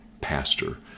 pastor